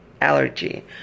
allergy